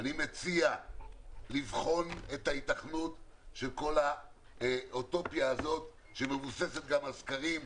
אני מציע לבחון את ההיתכנות של כל האוטופיה הזאת שמבוססת גם על סקרים,